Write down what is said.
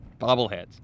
bobbleheads